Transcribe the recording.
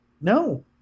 No